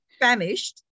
famished